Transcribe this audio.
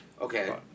Okay